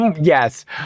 Yes